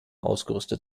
ausgerüstet